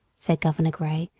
said governor gray,